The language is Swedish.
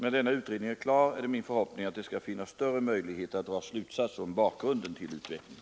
När denna utredning är klar är det min förhoppning att det skall finnas större möjligheter att dra slutsatser om bakgrunden till utvecklingen.